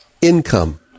income